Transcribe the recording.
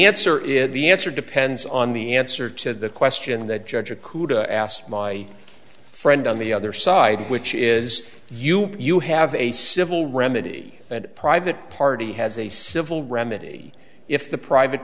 answer is the answer depends on the answer to the question that judge or khuda asked my friend on the other side which is you you have a civil remedy and private party has a civil remedy if the private